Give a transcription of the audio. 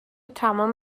تمام